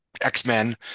x-men